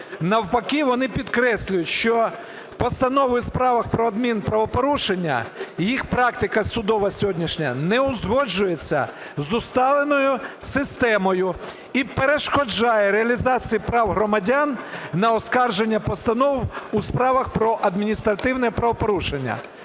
Навпаки вони підкреслюють, що Постановою у справах про адмінправопорушення їх практика судова сьогоднішня не узгоджується з усталеною системою і перешкоджає реалізації прав громадян на оскарження постанов у справах про адміністративні правопорушення.